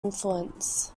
influence